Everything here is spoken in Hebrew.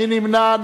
מי נמנע?